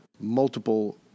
multiple